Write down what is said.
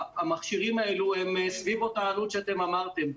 המכשירים האלה הם סביב אותה עלות שאתם אמרתם.